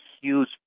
huge